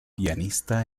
pianista